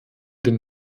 den